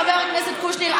חבר הכנסת קושניר,